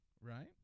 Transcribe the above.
right